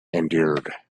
endured